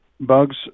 bugs